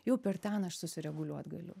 jau per ten aš susireguliuot galiu